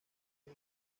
del